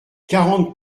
quarante